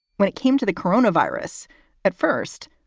when it came to the coronavirus at first,